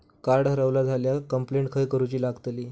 Card हरवला झाल्या complaint खय करूची लागतली?